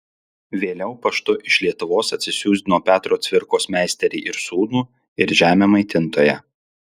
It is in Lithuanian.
vėliau paštu iš lietuvos atsisiųsdino petro cvirkos meisterį ir sūnų ir žemę maitintoją